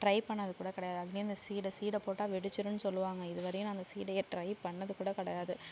try பண்ணது கூட கிடையாது அதுலேயும் இந்த சீடை சீடை போட்டால் வெடிச்சிருன்னு சொல்வாங்க இது வரையும் நான் அந்த சீடையை ட்ரை பண்ணது கூட கிடையாது